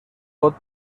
pot